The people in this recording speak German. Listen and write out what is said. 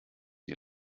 die